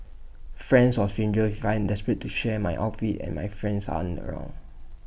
friends or strangers if I am desperate to share my outfit and my friends aren't around